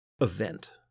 event